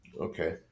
Okay